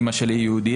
אמא שלי יהודייה,